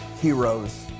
heroes